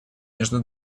между